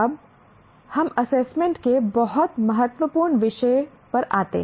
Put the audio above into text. अब हम एसेसमेंट के बहुत महत्वपूर्ण विषय पर आते हैं